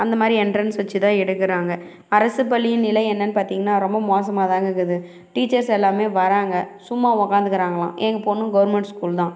அந்த மாதிரி என்ட்ரென்ஸ் வச்சு தான் எடுக்கிறாங்க அரசு பள்ளியின் நிலை என்னென்னு பார்த்திங்கன்னா ரொம்ப மோசமாதாங்க இருக்குது டீச்சர்ஸ் எல்லாம் வராங்க சும்மா உக்காந்துக்குறாங்கலாம் எங்கள் பெண்ணும் கவர்மெண்ட் ஸ்கூல் தான்